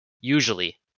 usually